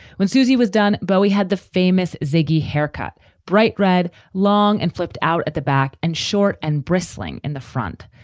when suzy was done, bowie had the famous zygi haircut bright red long and flipped out at the back and short and bristling in the front.